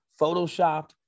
Photoshopped